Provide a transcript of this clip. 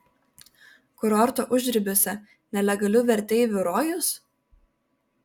kurorto užribiuose nelegalių verteivų rojus